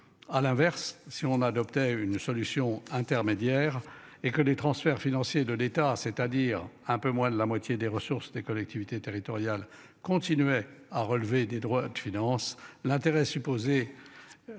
À l'inverse si on adoptait une solution intermédiaire, et que les transferts financiers de l'État, c'est-à-dire un peu moins de la moitié des ressources des collectivités territoriales continuait à relever des droits de finance l'intérêt supposé.